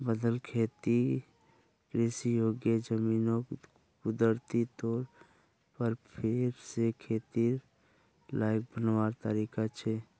बदल खेतिर कृषि योग्य ज़मीनोक कुदरती तौर पर फेर से खेतिर लायक बनवार तरीका छे